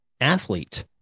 athlete